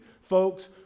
Folks